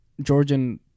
Georgian